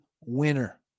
winner